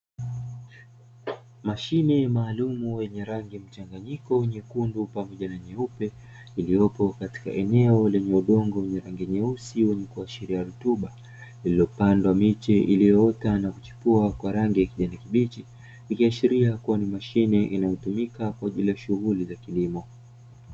Mashine maalumu yenye rangi mchanganyiko nyekundu pamoja na nyeupe iliyopo katika eneo lenye udongo wenye rangi mweusi wenye kuashiria rutuba, lililopandwa miche iliyoota na kuchipua kwa rangi ya kijani kibichi, ikiashiria ni mashine inayotumika kwa ajili ya kilimo.